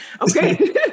Okay